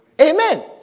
Amen